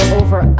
over